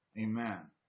Amen